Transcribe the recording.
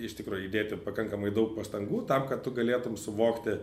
iš tikro įdėti pakankamai daug pastangų tam kad tu galėtum suvokti